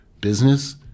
business